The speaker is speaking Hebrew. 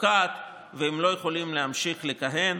פוקעת והם לא יכולים להמשיך לכהן.